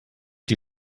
die